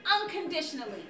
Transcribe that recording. unconditionally